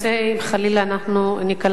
כי השדרוג הוא לטובת הנוסעים והבאים מירושלים.